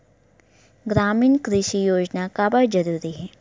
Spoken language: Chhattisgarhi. ग्रामीण कृषि योजना काबर जरूरी हे?